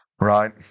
Right